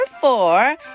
four